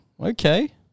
okay